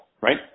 right